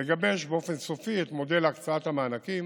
לגבש באופן סופי את מודל הקצאת המענקים